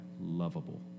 lovable